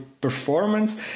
performance